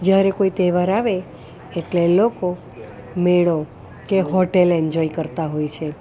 જ્યારે કોઈ તહેવાર આવે એટલે લોકો મેળો કે હોટેલ એન્જોય કરતાં હોય છે